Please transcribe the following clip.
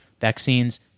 Vaccines